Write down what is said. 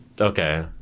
Okay